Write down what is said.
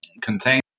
contain